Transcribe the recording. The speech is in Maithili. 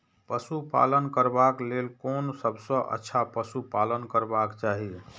पशु पालन करबाक लेल कोन सबसँ अच्छा पशु पालन करबाक चाही?